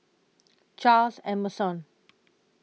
Charles Emmerson